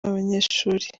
abanyeshuri